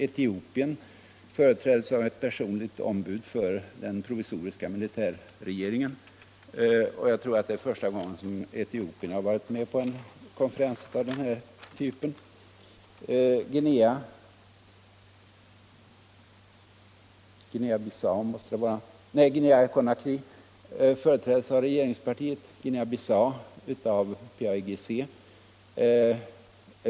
Etiopien företräddes av ett personligt ombud för den provisoriska militärregeringen; jag tror att det är första gången Etiopien har varit med på en konferens av den här typen. Guinea-Conakry företräddes av regeringspartiet, Guinea-Bissau av PAIGC.